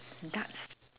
darts